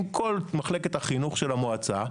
עם כל מחלקת החינוך של המועצה,